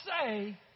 say